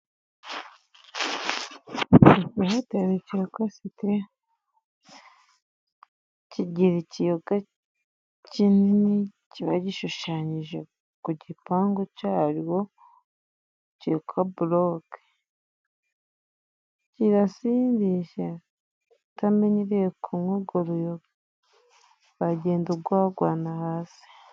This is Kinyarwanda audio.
Kikosite kigira ikiyoga kinini kiba gishushanyije ku gipangu cyabo cyitwa jacoburogi kirasindisha utamenyereye kunywa urwo ruyoga wagenda ugwagwana hasi.